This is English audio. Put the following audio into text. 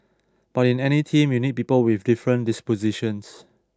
but in any team you need people with different dispositions